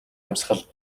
амьсгал